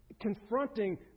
confronting